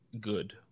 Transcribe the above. Good